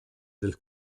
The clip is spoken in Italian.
del